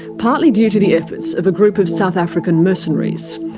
partly due to the efforts of a group of south african mercenaries.